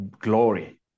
glory